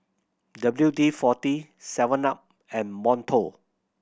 W D Forty seven up and Monto